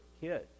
kid